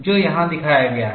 जो यहाँ दिखाया गया है